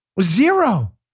Zero